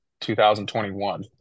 2021